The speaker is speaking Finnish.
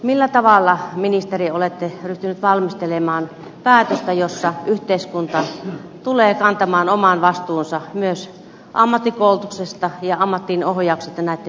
millä tavalla ministeri olette ryhtynyt valmistelemaan päätöstä jossa yhteiskunta tulee kantamaan oman vastuunsa myös ammattikoulutuksesta ja ammattiin ohjauksesta näitten potilaitten kohdalla